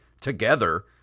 together